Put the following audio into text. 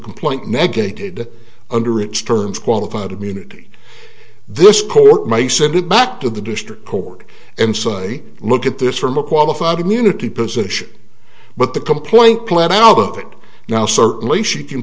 complaint negative that under its terms qualified immunity this court may send it back to the district court and say look at this from a qualified immunity position but the complaint pled out of it now certainly she can